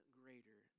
greater